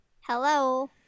hello